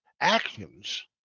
actions